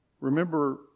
Remember